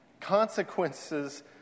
Consequences